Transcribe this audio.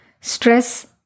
Stress